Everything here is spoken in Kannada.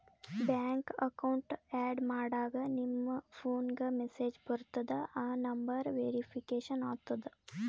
ಬ್ಯಾಂಕ್ ಅಕೌಂಟ್ ಆ್ಯಡ್ ಮಾಡಾಗ್ ನಿಮ್ ಫೋನ್ಗ ಮೆಸೇಜ್ ಬರ್ತುದ್ ಆ ನಂಬರ್ ವೇರಿಫಿಕೇಷನ್ ಆತುದ್